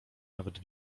nawet